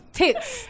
tits